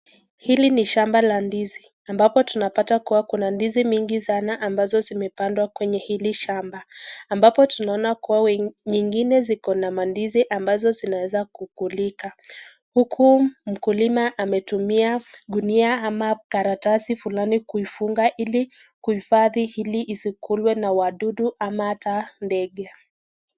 Hili ni shamba la ndizi ambapo tunapata kua kuna ndizi mingi sana ambazo zimepandwa hapa kwenye hili shamba. Ambapo tunaona kua nyingine ziko na mandizi ambazo zinaweza kulika. Huku mkulima amaetumia gunia ama karatasi fulani kuifunga ili kuifadhi isikulwe na wadudu ama hata ndege.